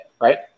right